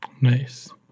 Nice